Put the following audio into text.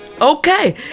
okay